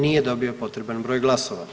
Nije dobio potreban broj glasova.